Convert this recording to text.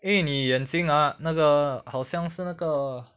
因为你眼睛 ah 那个好像是那个